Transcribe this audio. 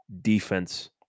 defense